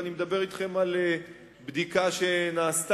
אני מדבר אתכם על בדיקה שנעשתה,